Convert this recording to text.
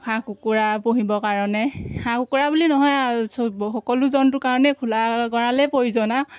হাঁহ কুকুৰা পুহিবৰ কাৰণে হাঁহ কুকুৰা বুলি নহয় আৰু সকলো জন্তুৰ কাৰণে খোলা গঁড়ালেই প্ৰয়োজন আৰু